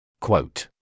Quote